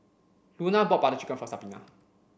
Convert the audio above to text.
Luna bought Butter Chicken for Sabina